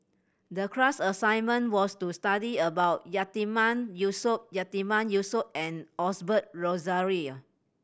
the class assignment was to study about Yatiman Yusof Yatiman Yusof and Osbert Rozario